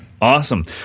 Awesome